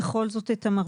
בכל זאת צריכים את המרב"ד.